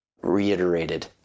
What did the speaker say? reiterated